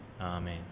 Amen